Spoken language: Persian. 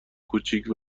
کوچیک